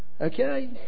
Okay